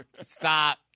Stop